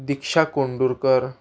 Diksha Kondurkar